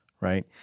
right